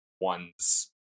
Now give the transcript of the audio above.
one's